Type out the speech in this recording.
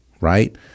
right